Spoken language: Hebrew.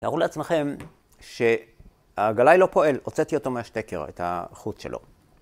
תארו לעצמכם שהגלאי לא פועל, הוצאתי אותו מהשטקר, את החוט שלו.